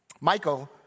Michael